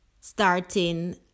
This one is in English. starting